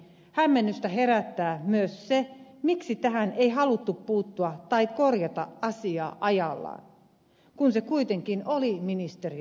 hämmennystä herättää myös se miksi tähän ei haluttu puuttua tai korjata asiaa ajallaan kun se kuitenkin oli ministeriön tie dossa